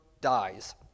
dies